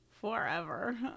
forever